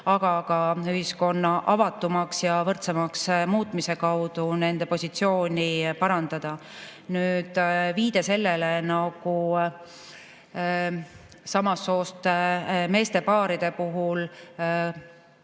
kui ka ühiskonna avatumaks ja võrdsemaks muutmise kaudu nende positsiooni parandada. Viide sellele, et meeste paaride puhul